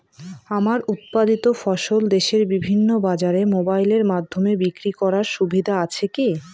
আমার উৎপাদিত ফসল দেশের বিভিন্ন বাজারে মোবাইলের মাধ্যমে বিক্রি করার সুবিধা আছে কি?